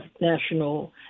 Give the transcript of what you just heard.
national